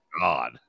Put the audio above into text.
God